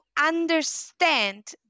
understand